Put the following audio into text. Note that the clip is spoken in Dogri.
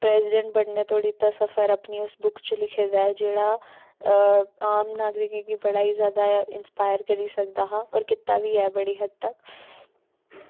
प्रैजीडेैंट बनने धोड़ी दा सफर अपनी उस बुक च लिखे दा ऐ जेह्ड़ा आम नागरिकें गी बड़ा गै जैदा इंस्पायर करी सकदा हा होर कीता बी ऐ बड़ी हद्द तक